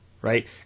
Right